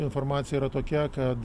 informacija yra tokia kad